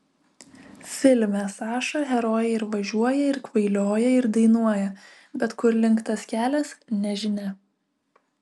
filme saša herojai ir važiuoja ir kvailioja ir dainuoja bet kur link tas kelias nežinia